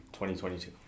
2022